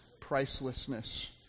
pricelessness